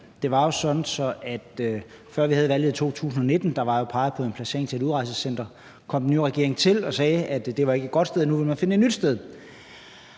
Det var jo sådan, at der, før vi havde valget i 2019, var peget på en placering til et udrejsecenter. Så kom den nye regering til og sagde, at det ikke var et godt sted, og at nu ville man finde et nyt sted.